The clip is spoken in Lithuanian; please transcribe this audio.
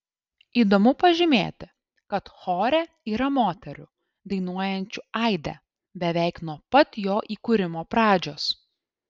įdomu pažymėti kad chore yra moterų dainuojančių aide beveik nuo pat jo įkūrimo pradžios